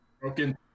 Broken